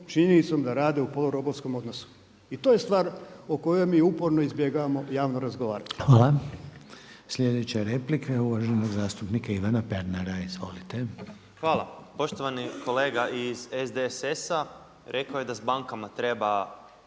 činjenicom da rade u polu robovskom odnosu. I to je stvar o kojoj mi uporno izbjegavamo javno razgovarati. **Reiner, Željko (HDZ)** Hvala. Sljedeća replika je uvaženog zastupnika Ivana Pernara. Izvolite. **Pernar, Ivan (Abeceda)** Hvala. Poštovani kolega iz SDSS-a rekao je da s bankama treba